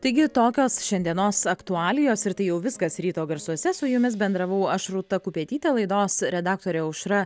taigi tokios šiandienos aktualijos ir tai jau viskas ryto garsuose su jumis bendravau aš rūta kupetytė laidos redaktorė aušra